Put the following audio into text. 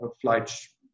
flights